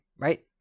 right